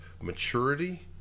maturity